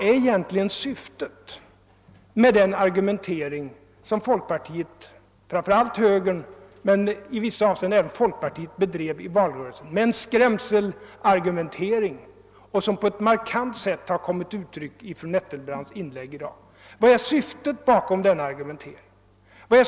Framför allt moderata samlingspartiet men i vissa avseenden även folkpartiet bedrev i valrörelsen en skrämselargu mentering, och den har på ett markant sätt kommit till uttryck i fru Nettelbrandts inlägg i dag. Vad är egentligen syftet bakom denna argumentering?